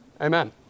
Amen